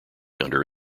under